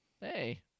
Hey